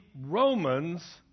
Romans